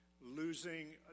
losing